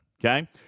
okay